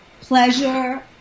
pleasure